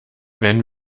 wenn